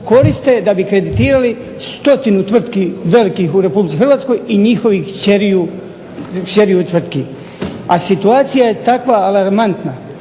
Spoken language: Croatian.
koriste da bi kreditirali stotinu tvrtki velikih u Republici Hrvatskoj i njihovih kćeri tvrtki, a situacija je takva alarmantna,